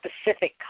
specific